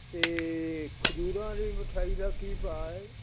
ਅਤੇ ਖਜੂਰਾਂ ਦੀ ਮਿਠਾਈ ਦਾ ਕੀ ਭਾਅ ਹੈ